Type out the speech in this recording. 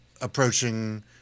approaching